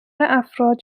افراد